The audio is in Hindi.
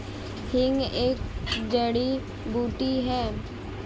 हींग एक जड़ी बूटी है